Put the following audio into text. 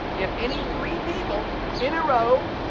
if any three people in a row,